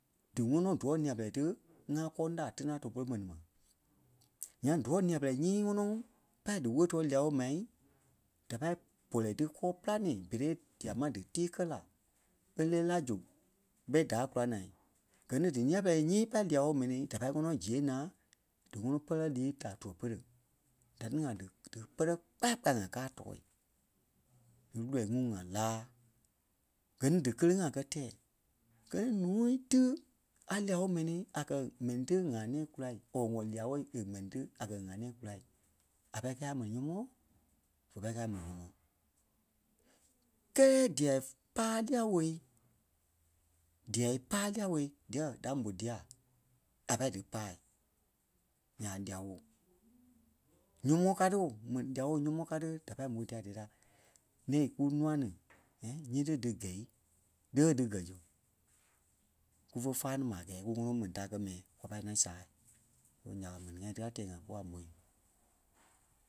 dí ŋɔnɔ díwɔ̂ nîa-pɛlɛɛ tí ŋakɔ̂ŋ la tína tuɛ-pere mɛni ma. Nyaŋ diwɔ̂ nîa-pɛlɛɛ nyii ŋɔnɔ pâi díwoli tɔɔ lia-woo mai da pâi bɔlɔ tí kɔɔ-pîlanii berei dia máŋ dí tii kɛ́ la e lɛɛ la zu ɓɛi da kula naa. Gɛ ni dí nîa-pɛlɛɛ nyii pâi lia-woo mɛnii da pâi ŋɔnɔ ziɣe naa dí ŋɔnɔ pɛlɛ líi da tuɛ-pere. Da ni ŋai dí- dí pɛrɛ kpáya kpaya ŋa káa tɔɔ dí lɔ́ii ŋuŋ ŋai laa. Gɛ ni dí kéleŋ-ŋa kɛ́ tɛɛ. Gɛ́ ni ǹúui tí a lia-wóo mɛni a kɛ́ mɛnii tí ŋaa nɛ̃ɛ kulai or wɔ̂ lia-woo e mɛni tí a kɛ́ ŋaa nɛ̃ɛ kulai a pâi kɛ̂i a mɛni nyɔmɔɔ vè pâi kɛ̂i a mɛni nyɔmɔɔ. Kɛ́ɛ dîa páa lia-woo dîa páa lia-woo diyɛɛ da mò dia a pâi dí paa ǹya lia-wóo. Nyɔmɔɔ káa tí ooo mɛni lia-woo nyɔmɔɔ kaa ti da pâi m̀ôi dia díyɛɛ dia da nɛ kú nûa ni nyiti dí gɛ̂i le ɓé dí gɛ̀ zu. Kúfe fáa tí ma a gɛɛ ku ŋɔnɔ mɛni da kɛ́ mɛi kwa pâi ŋaŋ sáa. Berei ɓé ya ɓé mɛni ŋai tí a tɛɛ-ŋa kwa m̀ôi.